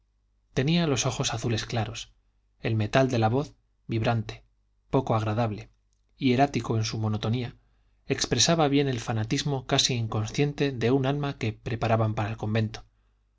tenía los ojos azules claros el metal de la voz vibrante poco agradable hierático en su monotonía expresaba bien el fanatismo casi inconsciente de un alma que preparaban para el convento